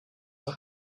for